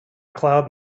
cloud